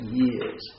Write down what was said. years